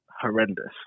horrendous